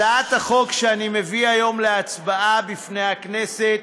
הצעת החוק שאני מביא היום להצבעה בפני הכנסת